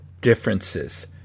differences